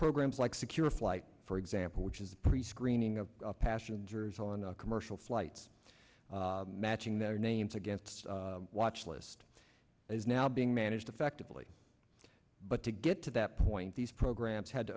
programs like secure flight for example which is prescreening of passion jurors on commercial flights matching their names against watch list is now being managed effectively but to get to that point these programs had to